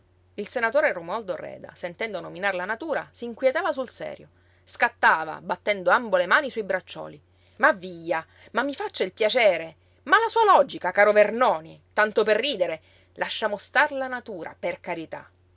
il senatore romualdo reda sentendo nominar la natura s'inquietava sul serio scattava battendo ambo le mani su i braccioli ma via ma mi faccia il piacere ma la sua logica caro vernoni tanto per ridere lasciamo star la natura per carità